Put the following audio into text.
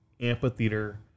amphitheater